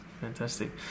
Fantastic